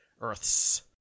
Earths